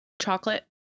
Chocolate